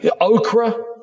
Okra